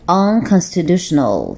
unconstitutional